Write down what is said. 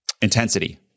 intensity